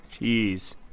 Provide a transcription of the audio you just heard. Jeez